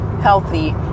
healthy